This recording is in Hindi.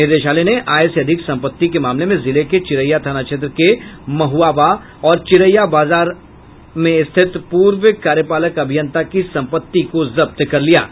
निदेशालय ने आय से अधिक संपत्ति के मामले में जिले के चिरैया थाना क्षेत्र के महुआवा और चिरैया बाजार में अवस्थित पूर्व कार्यपालक अभियंता की संपत्ति को जब्त किया है